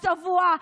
הצבוע,